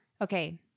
Okay